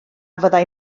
fyddai